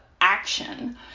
action